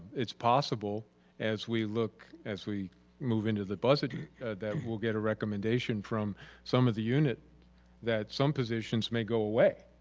it's possible as we look as we move into the but that we'll get a recommendation from some of the unit that some positions may go away.